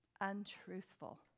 untruthful